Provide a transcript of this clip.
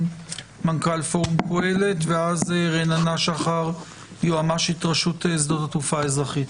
מנכ"ל פורום קהלת ואז רננה שחר יועמ"שית רשות שדות התעופה האזרחיים.